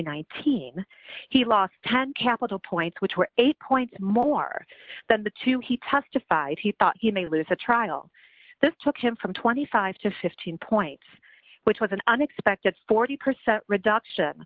nineteen he lost ten capital points which were eight point more than the two he testified he thought he may lose the trial this took him from twenty five to fifteen points which was an unexpected forty percent reduction